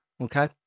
okay